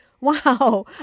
Wow